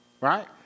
right